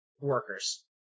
workers